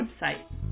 website